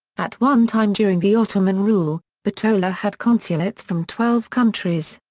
at one time during the ottoman rule, bitola had consulates from twelve countries.